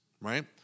right